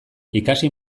ikasi